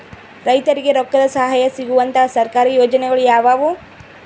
ರೈತರಿಗೆ ರೊಕ್ಕದ ಸಹಾಯ ಸಿಗುವಂತಹ ಸರ್ಕಾರಿ ಯೋಜನೆಗಳು ಯಾವುವು?